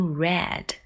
red